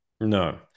No